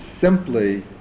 simply